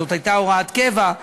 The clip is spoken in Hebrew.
זו הייתה הוראת קבע,